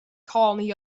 colony